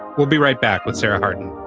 we'll be right back with sarah harden.